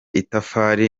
itafari